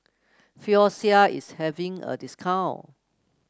Floxia is having a discount